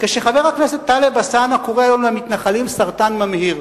כשחבר הכנסת טלב אלסאנע קורא היום למתנחלים "סרטן ממאיר",